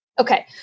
Okay